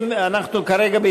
נגדה?